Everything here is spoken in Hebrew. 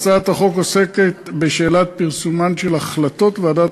הצעת החוק עוסקת בשאלת פרסומן של החלטות ועדות